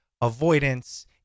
avoidance